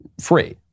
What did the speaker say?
free